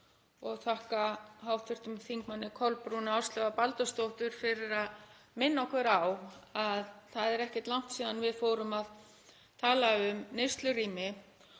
og þakka hv. þm. Kolbrúnu Áslaugar Baldursdóttur fyrir að minna okkur á að það er ekkert langt síðan við fórum að tala um neyslurými,